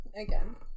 Again